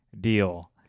deal